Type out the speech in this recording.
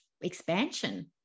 expansion